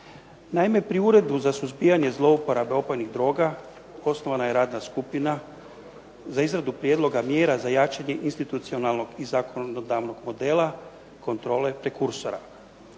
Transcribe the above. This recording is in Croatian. Naime, pri Uredu za suzbijanje zlouporabe opojnih droga osnovana je Radna skupina za izradu prijedloga mjera za jačanje institucionalnog i zakonodavnog modela kontrole prekursora.